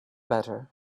better